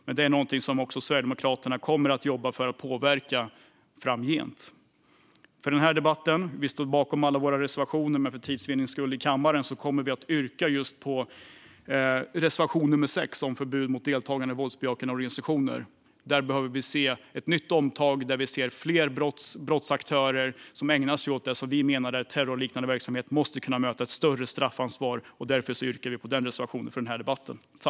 Det är också något som Sverigedemokraterna kommer att jobba för att påverka framöver. Vi står självfallet bakom alla våra reservationer, men för tids vinning yrkar jag bifall bara till reservation 6, om förbud mot deltagande i våldsbejakande organisationer. Där behöver vi se ett nytt omtag. Vi ser fler brottsaktörer som ägnar sig åt det som vi menar är terrorliknande verksamhet, och de måste kunna möta ett större straffansvar. Därför yrkar jag bifall till den reservationen.